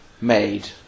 made